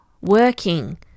working